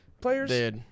players